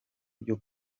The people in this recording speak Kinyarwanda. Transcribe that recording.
byo